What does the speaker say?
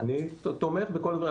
אני תומך בכל הדברים.